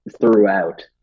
throughout